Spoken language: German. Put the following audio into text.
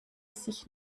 sich